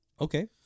Okay